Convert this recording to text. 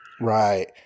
Right